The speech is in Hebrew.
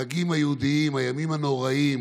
החגים היהודיים, הימים הנוראים,